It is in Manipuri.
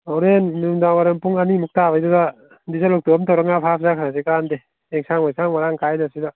ꯍꯣꯔꯦꯟ ꯅꯨꯃꯤꯗꯥꯡ ꯋꯥꯏꯔꯝ ꯄꯨꯡ ꯑꯅꯤꯃꯨꯛ ꯇꯥꯕꯩꯗꯨꯗ ꯗꯤꯖꯜ ꯑꯣꯛꯇꯣ ꯑꯃ ꯇꯧꯔꯒ ꯉꯥ ꯐꯥꯕ ꯆꯠꯈ꯭ꯔꯁꯦ ꯀꯥꯟꯅꯗꯦ ꯌꯦꯟꯁꯥꯡ ꯃꯩꯁꯥꯡ ꯃꯔꯥꯡ ꯀꯥꯏꯗꯕꯁꯤꯗ